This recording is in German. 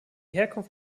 herkunft